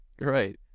Right